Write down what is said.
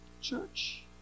church